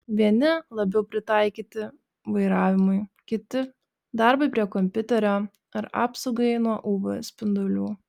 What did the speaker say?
vieni labiau pritaikyti vairavimui kiti darbui prie kompiuterio ar apsaugai nuo uv spindulių